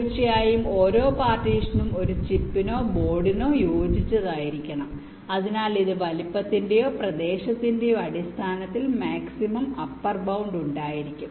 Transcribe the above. തീർച്ചയായും ഓരോ പാർട്ടീഷനും ഒരു ചിപ്പിനോ ബോർഡിനോ യോജിച്ചതായിരിക്കണം അതിനാൽ ഇത് വലുപ്പത്തിന്റെയോ പ്രദേശത്തിന്റെയോ അടിസ്ഥാനത്തിൽ മാക്സിമം അപ്പർ ബൌണ്ട് ഉണ്ടായിരിക്കും